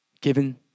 given